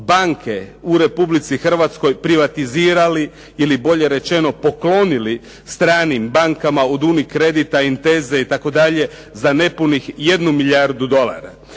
banke u Republici Hrvatskoj privatizirali ili bolje rečeno poklonili stranim bankama od UniCredita, Intesa itd. za nepunih jednu milijardu dolara.